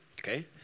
okay